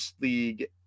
league